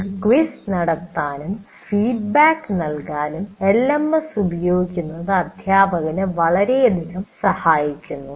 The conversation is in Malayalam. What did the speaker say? ഒരു ക്വിസ് നടത്താനും ഫീഡ്ബാക്ക് നൽകാനും എൽഎംഎസ് ഉപയോഗിക്കുന്നത് അധ്യാപകന് വളരെയധികം സഹായിക്കുന്നു